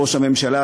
ראש הממשלה,